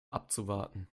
abzuwarten